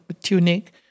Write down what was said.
tunic